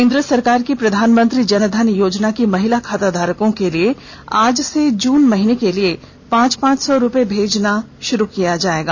केन्द्र सरकार की प्रधानमंत्री जन धन योजना की महिला खाताधारकों के लिए आज से जून माह के लिए पांच पांच सौ रूपये भेजना षुरू करेगी